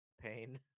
pain